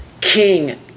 King